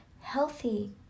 healthy